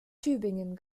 tübingen